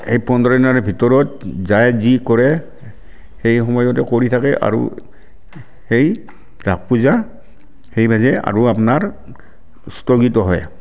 এই পোন্ধৰ দিনৰ ভিতৰত যাৰ যি কৰে সেই সময়তে কৰি থাকে আৰু সেই ৰাস পূজা সেই বাজে আৰু আপনাৰ স্থগিত হয়